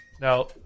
Now